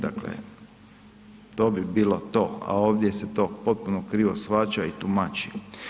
Dakle, to bi bilo to, a ovdje se to potpuno krivo shvaća i tumači.